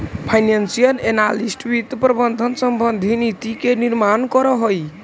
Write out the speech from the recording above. financial analyst वित्त प्रबंधन संबंधी नीति के निर्माण करऽ हइ